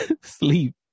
sleep